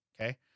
Okay